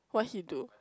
what he do